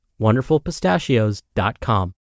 wonderfulpistachios.com